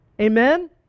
amen